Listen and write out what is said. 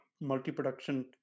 multi-production